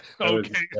okay